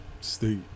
state